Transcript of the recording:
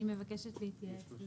אני מבקשת להתייעץ.